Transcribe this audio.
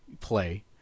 play